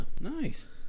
Nice